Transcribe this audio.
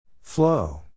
Flow